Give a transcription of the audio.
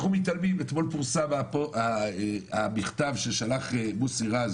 אתמול פורסם המכתב ששלח מוסי רז,